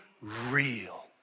real